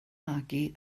magu